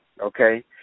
okay